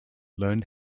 learned